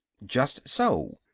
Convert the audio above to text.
just so,